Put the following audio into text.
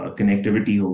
Connectivity